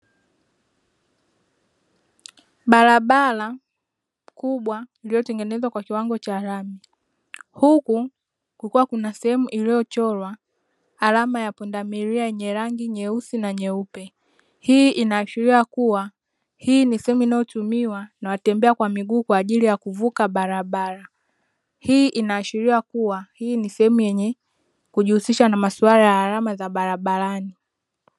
Barabara kubwa iliyotengenezwa kwa kiwango cha lami, huku kukiwa na sehemu iliyochorwa alama ya pundamilia yenye rangi nyeusi na nyeupe. Hii inaashiria kuwa hii ni sehemu inayotumiwa na watembea kwa miguu kwa ajili ya kuvuka barabara. Hii inaashiria kuwa hii ni sehemu yenye kujihusisha na masuala ya alama za barabarani.